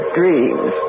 dreams